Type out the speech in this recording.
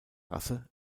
rasse